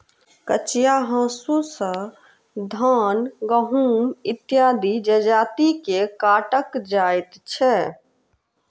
कचिया हाँसू सॅ धान, गहुम इत्यादि जजति के काटल जाइत छै